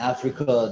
Africa